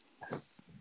Yes